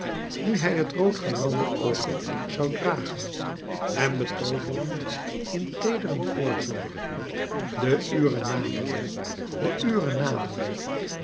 nu hij het rood gerande oker zoû dragen hem betooverend in teederen voorzorg de ure naderde de ure